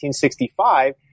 1865